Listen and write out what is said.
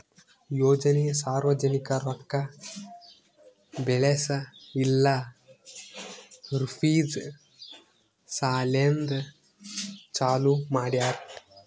ಯೋಜನೆ ಸಾರ್ವಜನಿಕ ರೊಕ್ಕಾ ಬೆಳೆಸ್ ಇಲ್ಲಾ ರುಪೀಜ್ ಸಲೆಂದ್ ಚಾಲೂ ಮಾಡ್ಯಾರ್